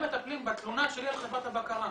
הם מטפלים בתלונה שלי על חברת הבקרה,